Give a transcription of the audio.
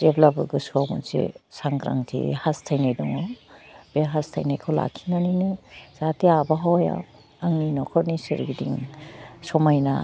जेब्लाबो गोसोआव मोनसे सांग्रांथि हास्थाइनाय दङ बे हास्थाइनायखौ लाखिनानैनो जाहाथे आब'हावायाव आंनि न'खरनि सोरगिदिं समाइना